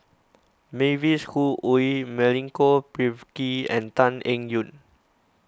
Mavis Khoo Oei Milenko Prvacki and Tan Eng Yoon